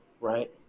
right